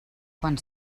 quan